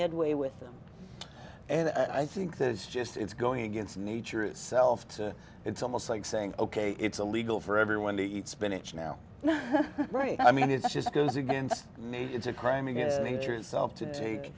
headway with them and i think that is just it's going against nature itself it's almost like saying ok it's illegal for everyone to eat spinach now right i mean it's just goes against maybe it's a crime against nature itself to take